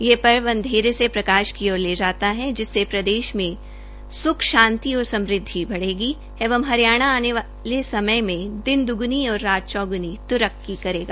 यह पर्व अंधरे से प्राकाश की ओर ले जाता है जिससे प्रदेश में स्ख शांति और समृद्वि बढ़ेगी एवं हरियाणा आने वाले समय में दिन द्गनी और रात चौग्णी उन्नति करेगा